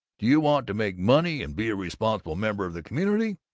do you want to make money and be a responsible member of the community,